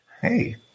Hey